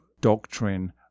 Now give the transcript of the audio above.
doctrine